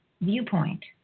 viewpoint